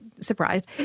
surprised